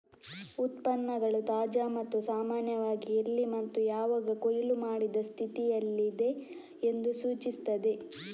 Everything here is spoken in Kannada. ಉತ್ಪನ್ನಗಳು ತಾಜಾ ಮತ್ತು ಸಾಮಾನ್ಯವಾಗಿ ಎಲ್ಲಿ ಮತ್ತು ಯಾವಾಗ ಕೊಯ್ಲು ಮಾಡಿದ ಸ್ಥಿತಿಯಲ್ಲಿದೆ ಎಂದು ಸೂಚಿಸುತ್ತದೆ